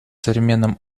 современном